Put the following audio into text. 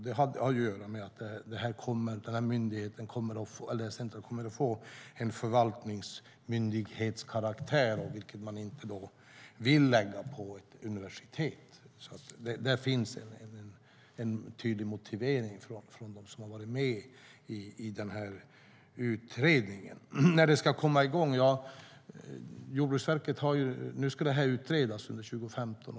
Det har att göra med att detta center kommer att få en förvaltningsmyndighetskaraktär. Därför vill man inte lägga det på ett universitet. Det finns alltså en tydlig motivering från dem som varit med i utredningen. När ska det då komma igång? En utredning ska göras under 2015.